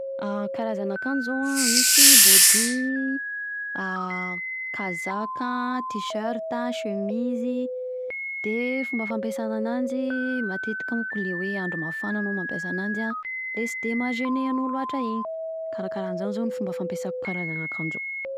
Karazana akanjo zao an misy: body, kazaka, t-shirt, chemisy, de fomba fampiasana ananjy: matetika monko le hoe andro le hoe mafana anao mampiasa ananjy an: le tsy de ma gené anao loatra iny, Karakaranzany zao ny fomba fampiasako karazana akanjo.